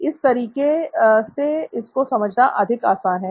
इस तरीके से इसको समझना अधिक आसान है